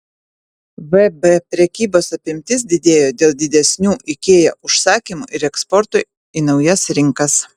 vb prekybos apimtis didėjo dėl didesnių ikea užsakymų ir eksporto į naujas rinkas